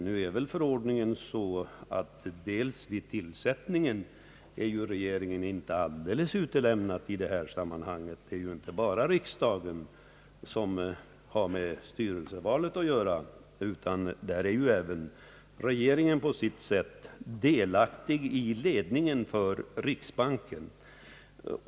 Emellertid förhåller det sig väl så, att regeringen vid tillsättningen av styrelsen inte är alldeles utelämnad i detta sammanhang — det är inte bara riksdagen, som har med styrelsevalet att göra utan även regeringen är på sitt sätt delaktig när det gäller ledningen för riksbanken.